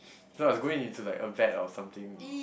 so I was going into like a vet or something